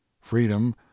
Freedom